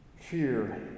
Fear